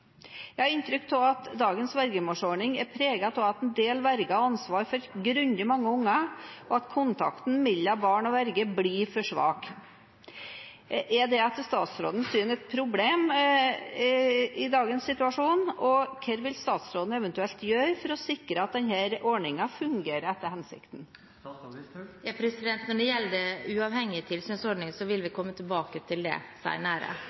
Jeg har inntrykk av at dagens vergemålsordning er preget av at en del verger har ansvar for grundig mange barn, og at kontakten mellom barn og verge blir for svak. Er det etter statsrådens syn et problem i dagens situasjon? Og hva vil statsråden eventuelt gjøre for å sikre at denne ordningen fungerer etter hensikten? Når det gjelder en uavhengig tilsynsordning, vil vi komme tilbake til det